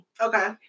Okay